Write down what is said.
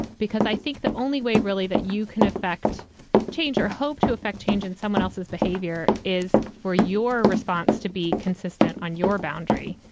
because i think the only way really that you can affect change or hope to affect change in someone else's behavior is for your response to be consistent on your boundary.